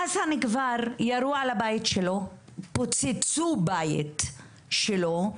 חסן, כבר ירו על הבית שלו, פוצצו בית שלו,